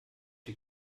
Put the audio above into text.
die